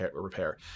repair